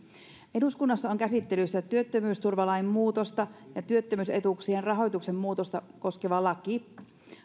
eduskunnassa on käsittelyssä työttömyysturvalain muutosta ja työttömyysetuuksien rahoituksen muutosta koskeva laki